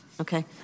Okay